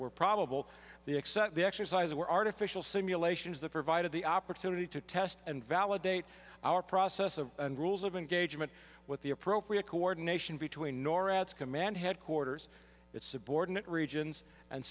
were probable the except the exercises were artificial simulations that provided the opportunity to test and validate our process of rules of engagement with the appropriate coordination between norad's command headquarters it's subordinate regions and